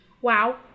Wow